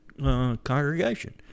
Congregation